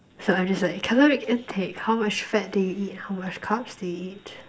so I'm just like calorie intake how much fat do you eat how much carbs do you eat